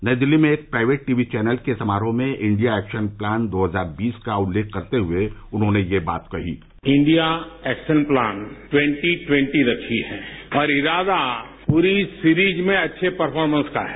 नई दिल्ली में एक प्राइवेट टीवी चौनल के समारोह में इंडिया एक्शन प्लान दो हजार बीस का उल्लेख करते हुए उन्होंने यह बात कही India action plan twenty twenty रखी है पर इणदा पूरी सीरीज में अच्छी परफोरमेंस का है